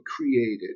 created